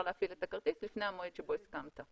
להפעיל את הכרטיס לפני המועד שבו הסכמת.